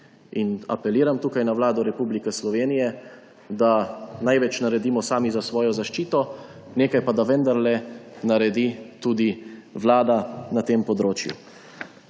Apeliram tukaj na Vlado Republike Slovenije, da največ naredimo sami za svojo zaščito, nekaj pa da vendarle naredi tudi Vlada na tem področju.